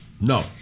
No